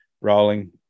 rolling